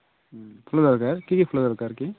ଫୁଲ ଦରକାର କି କି ଫୁଲ ଦରକାର କି